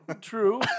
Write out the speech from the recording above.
true